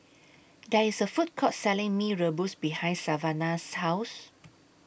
There IS A Food Court Selling Mee Rebus behind Savannah's House